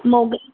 मोगरे